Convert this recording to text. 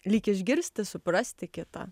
lyg išgirsti suprasti kitą